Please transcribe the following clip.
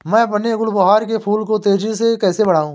मैं अपने गुलवहार के फूल को तेजी से कैसे बढाऊं?